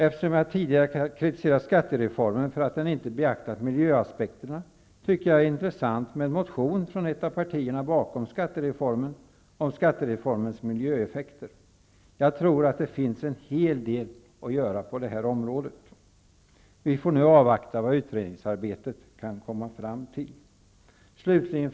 Eftersom jag tidigare har kritiserat skattereformen för att den inte beaktat miljöaspekterna, tycker jag att det är intressant med en motion från ett av partierna bakom skattereformen om skattereformens miljöeffekter. Jag tror att det finns en hel del att göra på det området. Vi får nu avvakta vad utredningsarbetet kan komma fram till. Fru talman!